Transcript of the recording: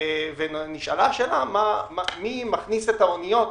נשאלה שאלה, מי מכניס את האוניות